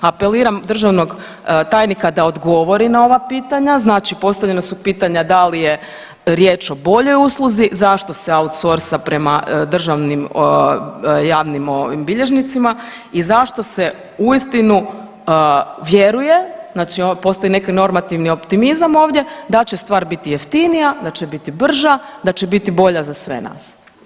Apeliram državnog tajnika da odgovori na ova pitanja, znači postavljena su pitanja da li je riječ o boljom usluzi, zašto se outsourcea prema državnim javnim bilježnicima i zašto se uistinu vjeruje, znači postoji neki normativni optimizam ovdje, da će stvari biti jeftinija, a će biti brža, da će biti bolje za sve nas.